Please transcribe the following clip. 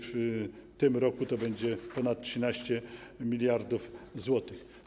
W tym roku to będzie ponad 13 mld zł.